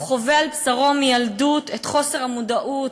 הוא חווה על בשרו מילדות את חוסר המודעות